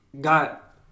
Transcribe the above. got